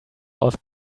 aus